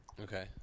Okay